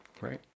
Right